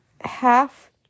Half